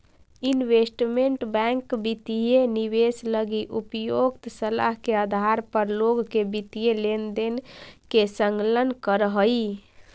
investment bank वित्तीय निवेश लगी उपयुक्त सलाह के आधार पर लोग के वित्तीय लेनदेन में संलग्न करऽ हइ